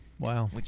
Wow